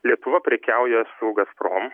lietuva prekiauja su gazprom